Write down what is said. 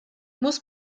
muss